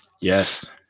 Yes